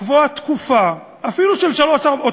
לקבוע תקופה אפילו של שלוש-ארבע שנים,